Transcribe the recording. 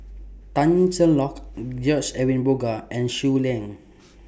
Tan Cheng Lock George Edwin Bogaars and Shui Lan